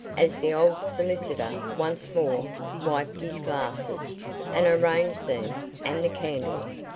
as the old solicitor once more wiped his glasses and arranged them and the candles,